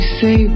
say